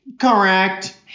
Correct